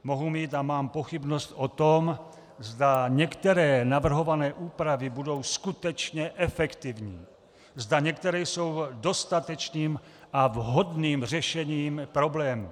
Mohu mít a mám pochybnost o tom, zda některé navrhované úpravy budou skutečně efektivní, zda některé jsou dostatečným a vhodným řešením problémů.